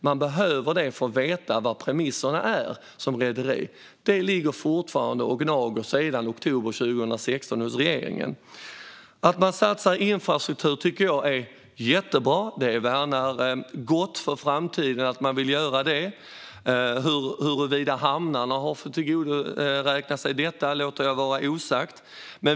Man behöver det för att som rederi veta vad premisserna är. Detta ligger fortfarande och gnager hos regeringen sedan oktober 2016. Att man satsar på infrastruktur tycker jag är jättebra. Det bådar gott för framtiden att man vill göra det. Huruvida hamnarna har fått tillgodoräkna sig detta låter jag vara osagt.